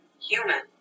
human